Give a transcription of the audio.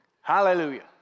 Hallelujah